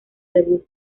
debut